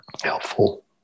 helpful